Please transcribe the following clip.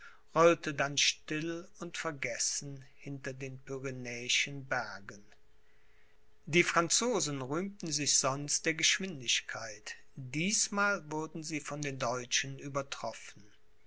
rollte dann still und vergessen hinter den pyrenäischen bergen die franzosen rühmten sich sonst der geschwindigkeit diesmal wurden sie von den deutschen